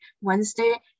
Wednesday